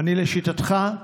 לשיטתך,